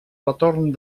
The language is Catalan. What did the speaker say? retorn